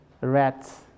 rats